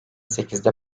sekizde